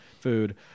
food